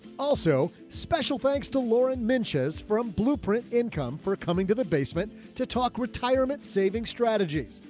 also special thanks to lauren menches from blueprint income for coming to the basement to talk retirement saving strategy.